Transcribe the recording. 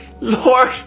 Lord